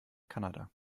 kanada